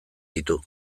ditu